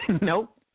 Nope